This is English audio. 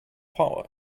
power